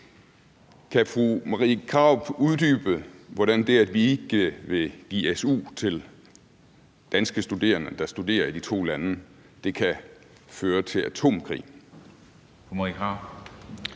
Kan fru Marie Krarup uddybe, hvordan det, at vi ikke vil give su til danske studerende, der studerer i de to lande, kan føre til atomkrig?